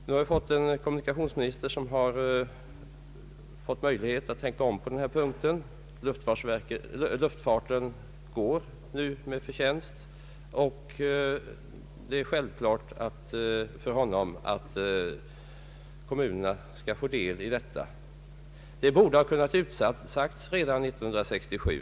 Vi har nu fått en annan kommunikationsminister, och han har haft möjlighet att tänka om på denna punkt. Luftfarten går ju numera med förtjänst, och det är självklart för honom att kommunerna skall få del däri. Detta borde ha kunnat utsägas redan 1967.